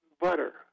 butter